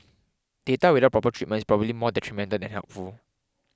data without proper treatment is probably more detrimental than than helpful